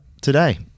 today